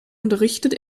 unterrichtet